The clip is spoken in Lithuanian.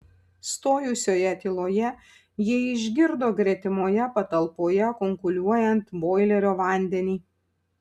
stojusioje tyloje jie išgirdo gretimoje patalpoje kunkuliuojant boilerio vandenį